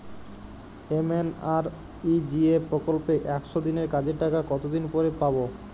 MNREGA প্রকল্পে একশ দিনের কাজের টাকা কতদিন পরে পরে পাব?